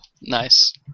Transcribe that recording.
nice